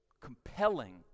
compelling